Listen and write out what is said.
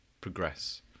progress